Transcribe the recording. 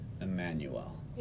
Emmanuel